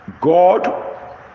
God